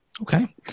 Okay